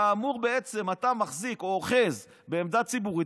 אתה מחזיק או אוחז בעמדה ציבורית,